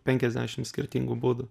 penkiasdešim skirtingų būdų